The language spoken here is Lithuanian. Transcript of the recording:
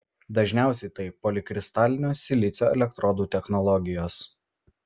dažniausiai tai polikristalinio silicio elektrodų technologijos